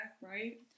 right